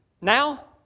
now